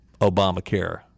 Obamacare